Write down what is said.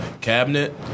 cabinet